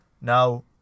Now